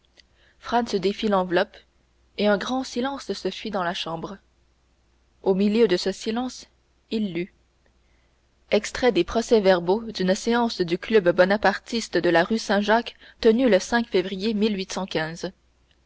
défit l'enveloppe et un grand silence se fit dans la chambre au milieu de ce silence il lut extrait des procès-verbaux d'une séance du club bonapartiste de la rue saint-jacques tenue le février